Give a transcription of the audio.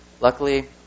Luckily